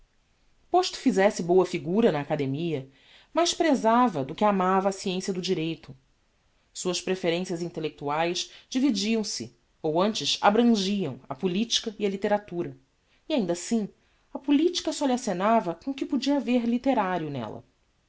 posto fizesse boa figura na academia mais presava do que amava a sciencia do direito suas preferencias intellectuaes dividiam se ou antes abrangiam a polilica e a litteratura e ainda assim a politica só lhe acenava com o que podia haver litterario nella